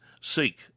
seek